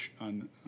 on